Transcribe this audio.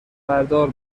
بردار